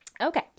Okay